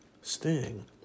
sting